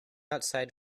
outside